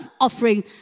offering